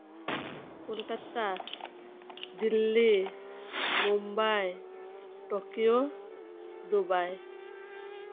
Kolkata Delhi Mumbai Tokyo Dubai